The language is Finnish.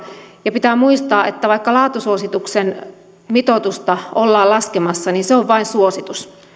ja pitää muistaa että vaikka laatusuosituksen mitoitusta ollaan laskemassa niin se on vain suositus